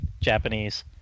Japanese